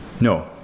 No